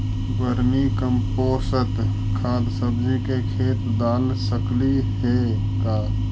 Vermi compost खाद सब्जी के खेत दाल सकली हे का?